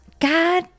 God